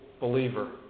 believer